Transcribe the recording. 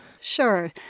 Sure